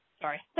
sorry